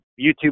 YouTube